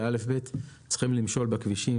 צריכים למשול בכבישים,